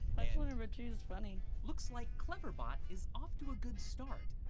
bachelor number two's funny. looks like cleverbot is off to a good start.